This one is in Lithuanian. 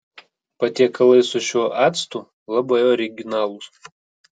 patiekalai su šiuo actu labai originalūs